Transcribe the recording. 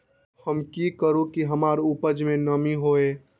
हम की करू की हमार उपज में नमी होए?